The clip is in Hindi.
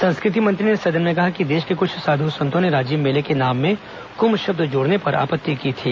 संस्कृति मंत्री ने सदन में कहा कि देश के कुछ साधु संतों ने राजिम मेले के नाम में कुम्भ शब्द जोड़ने पर आपत्ति की थी